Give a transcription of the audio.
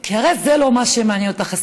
כי הרי זה לא מה שמעניין אותך,